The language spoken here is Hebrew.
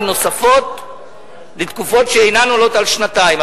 נוספות לתקופות שאינן עולות על שנתיים,